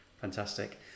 Fantastic